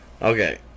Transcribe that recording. Okay